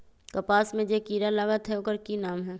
कपास में जे किरा लागत है ओकर कि नाम है?